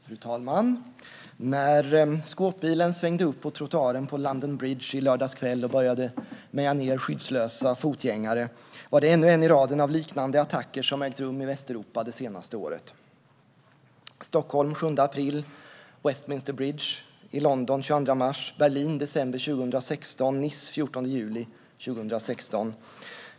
Fru talman! När skåpbilen svängde upp på trottoaren på London Bridge i lördags kväll och började meja ned skyddslösa fotgängare var det ännu en i raden av liknande attacker som ägt rum i Västeuropa det senaste året: Stockholm den 7 april, Westminster Bridge i London den 22 mars, Berlin december 2016, Nice den 14 juli 2016.